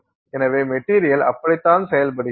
எனவே மெட்டீரியல் அப்படித்தான் செயல்படுகிறது